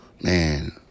man